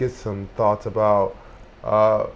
get some thoughts about